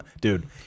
dude